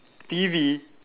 T_V